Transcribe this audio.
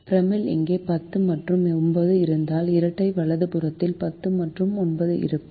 ப்ரைமலில் இங்கே 10 மற்றும் 9 இருந்தால் இரட்டை வலது புறத்தில் 10 மற்றும் 9 இருக்கும்